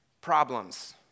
problems